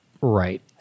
Right